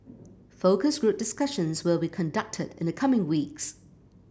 focus group discussions will be conducted in the coming weeks